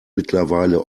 mittlerweile